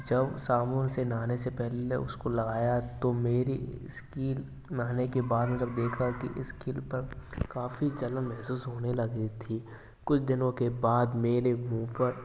जब साबुन से नहाने से पहले उसको लगाया तो मेरी स्किन नहाने के बाद में जब देखा कि स्किन पर काफी जलन महसूस होने लगी थी कुछ दिनों के बाद मेरे मुँह पर